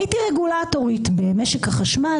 הייתי רגולטורית במשק החשמל,